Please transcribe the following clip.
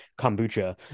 kombucha